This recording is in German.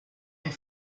und